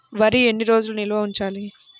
వరి ఎన్ని రోజులు నిల్వ ఉంచాలి?